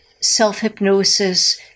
self-hypnosis